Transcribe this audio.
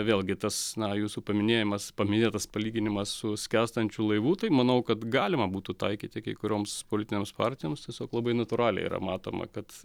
vėlgi tas na jūsų paminėjimas paminėtas palyginimas su skęstančiu laivu tai manau kad galima būtų taikyti kai kurioms politinėms partijoms tiesiog labai natūraliai yra matoma kad